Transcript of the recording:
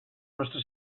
nostra